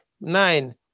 Nine